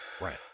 Right